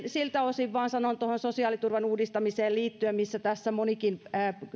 siltä osin sanon vain tuohon sosiaaliturvan uudistamiseen liittyen mihin tässä monikin